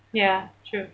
ya true